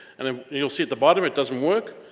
and um you'll see at the bottom it doesn't work,